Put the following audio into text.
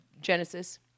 Genesis